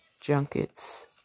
junkets